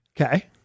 Okay